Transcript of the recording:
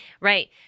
Right